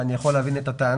ואני יכול להבין אותה,